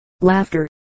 Laughter